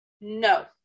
No